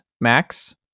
Max